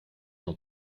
dans